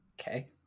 Okay